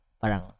parang